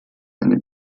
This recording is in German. eine